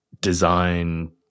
design